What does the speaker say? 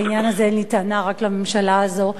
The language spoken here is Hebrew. בעניין הזה אין לי טענה רק לממשלה הזאת.